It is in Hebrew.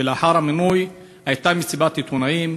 ולאחר המינוי הייתה מסיבת עיתונאים